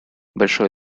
большое